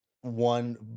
one